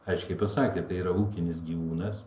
aiškiai pasakė tai yra ūkinis gyvūnas